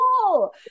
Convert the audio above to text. cool